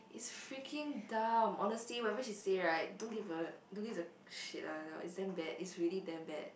it's freaking dumb honestly whatever she say right don't give a don't give a shit lah it's damn bad it's really damn bad